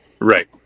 Right